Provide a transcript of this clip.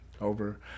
over